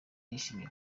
yashimye